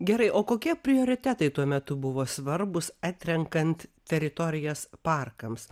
gerai o kokie prioritetai tuo metu buvo svarbūs atrenkant teritorijas parkams